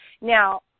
Now